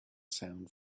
sound